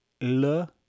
le